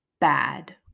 bad